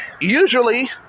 usually